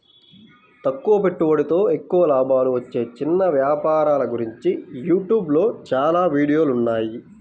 తక్కువ పెట్టుబడితో ఎక్కువ లాభాలు వచ్చే చిన్న వ్యాపారాల గురించి యూట్యూబ్ లో చాలా వీడియోలున్నాయి